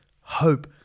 hope